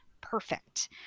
perfect